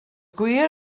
gwir